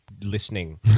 listening